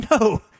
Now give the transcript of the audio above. No